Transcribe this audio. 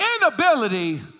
inability